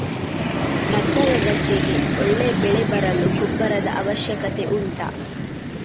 ಭತ್ತದ ಗದ್ದೆಗೆ ಒಳ್ಳೆ ಬೆಳೆ ಬರಲು ಗೊಬ್ಬರದ ಅವಶ್ಯಕತೆ ಉಂಟಾ